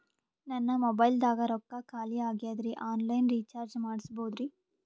ನನ್ನ ಮೊಬೈಲದಾಗ ರೊಕ್ಕ ಖಾಲಿ ಆಗ್ಯದ್ರಿ ಆನ್ ಲೈನ್ ರೀಚಾರ್ಜ್ ಮಾಡಸ್ಬೋದ್ರಿ?